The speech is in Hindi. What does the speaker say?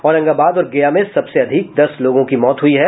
औरंगाबाद और गया में सबसे अधिक दस लोगों की मौत हुई है